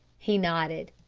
he nodded.